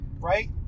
right